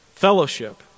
fellowship